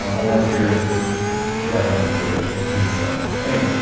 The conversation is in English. um unless you're you've got an old computer or something and it's slow. anyway,